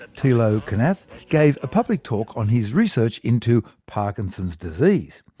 tilo kunath, gave a public talk on his research into parkinson's disease.